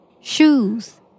Shoes